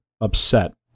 upset